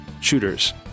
shooters